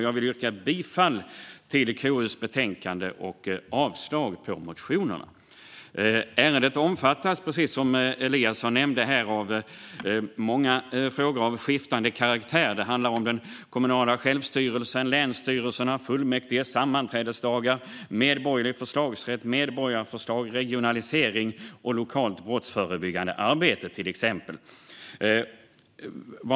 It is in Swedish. Jag vill yrka bifall till KU:s förslag och avslag på motionerna. Ärendet omfattar, som Eliasson nämnde, många frågor av skiftande karaktär. Det handlar till exempel om den kommunala självstyrelsen, länsstyrelserna, fullmäktiges sammanträdesdagar, medborgerlig förslagsrätt, medborgarförslag, regionalisering och lokalt brottsförebyggande arbete.